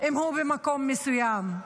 אם הוא במקום מסוים,